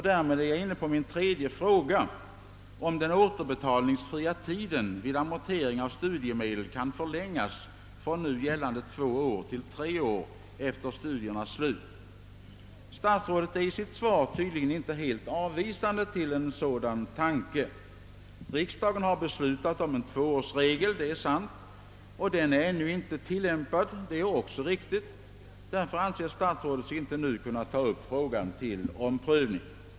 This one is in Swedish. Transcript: Därmed är jag inne på min tredje fråga, om den återbetalningsfria tiden vid amortering av studiemedel kan förlängas från nu gällande två år till tre år efter studiernas slut. Statsrådet ställer sig av svaret att döma inte helt avvisande till en sådan tanke. Han säger att riksdagen har beslutat om en tvåårsregel — det är sant — och att den ännu inte har tillämpats — det är också riktigt. Därför anser sig statsrådet inte nu kunna ta upp frågan till omprövning.